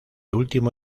último